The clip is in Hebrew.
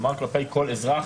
כלומר כלפי כל אזרח,